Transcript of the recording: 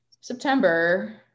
September